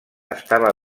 estava